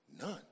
none